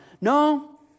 No